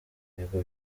yego